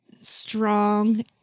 strong